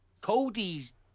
Cody's